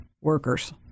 workers